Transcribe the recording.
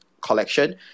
collection